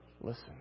listen